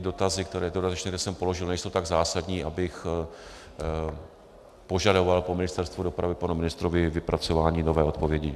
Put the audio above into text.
Dotazy, které jasem položil, nejsou tak zásadní, abych požadoval po Ministerstvu dopravy a panu ministrovi vypracování nové odpovědi.